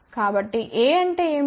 కాబట్టి A అంటే ఏమిటి